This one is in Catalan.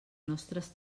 nostres